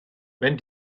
when